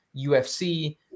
UFC